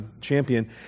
champion